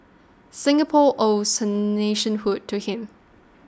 Singapore owes her nationhood to him